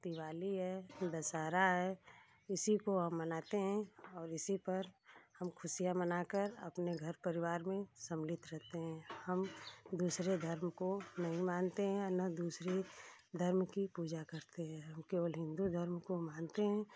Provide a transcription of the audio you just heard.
दिवाली है दशहरा है इसी को हम मनाते हैं और इसी पर हम खुशियाँ मनाते हैं अपने घर परिवार मे सम्मिलित रहते हैं हम दूसरे धर्म को नही मानते हैं न दूसरी धर्म की पूजा करते है हम केवल हिंदू धर्म को मानते हैं